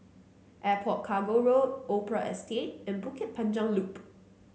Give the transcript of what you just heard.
Airport Cargo Road Opera Estate and Bukit Panjang Loop